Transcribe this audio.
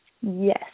Yes